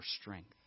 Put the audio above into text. strength